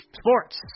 Sports